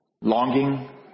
Longing